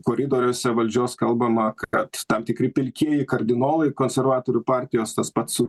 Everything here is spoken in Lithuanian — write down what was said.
koridoriuose valdžios kalbama kad tam tikri pilkieji kardinolai konservatorių partijos tas pats